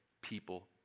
people